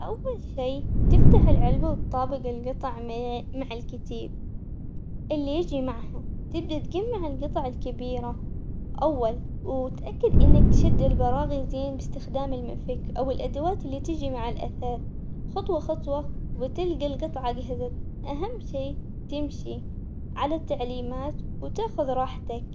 أول شي تفتح العلبة وتطابق القطع م- مع الكتيب اللي ييجي معها تبدا تجمع القطع الكبيرة أول وتاكد إنك تشد البراغي زين باستخدام المفك، أو الأدوات اللي تيجي مع الأثاث، خطوة خطوة وتلقى القطعة جهزت، أهم شي تمشي على التعليمات وتاخذ راحتك.